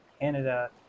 Canada